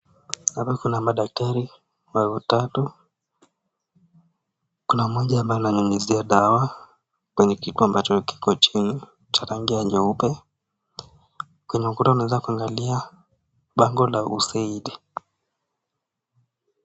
Hapa kuna madaktari watatu. Kuna mmoja ambaye ananyunyizia dawa kwenye kikombe kilicho chini cha rangi ya nyeupe. Kwenye ukuta unaweza kuangalia bango la USAID .